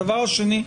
הדבר השני,